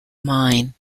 mine